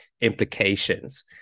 implications